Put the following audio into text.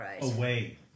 away